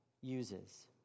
uses